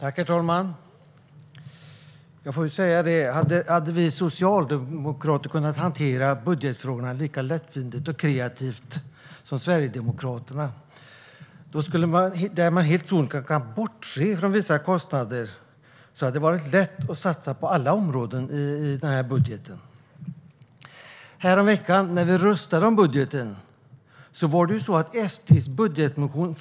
Herr talman! Jag får ju säga att om vi socialdemokrater hade kunnat hantera budgetfrågorna lika lättvindigt och kreativt som Sverigedemokraterna, som helt sonika kan bortse från vissa kostnader, hade det varit lätt att satsa på alla områden i budgeten. När vi röstade om budgeten häromveckan föll ju SD:s budgetmotion.